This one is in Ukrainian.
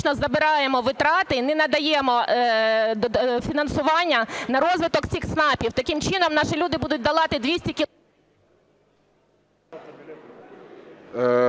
забираємо витрати і не надаємо фінансування на розвиток цих ЦНАПів, таким чином наші люди будуть долати 200